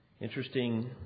Interesting